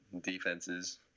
defenses